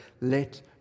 let